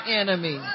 enemy